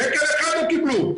שקל אחד לא קיבלו.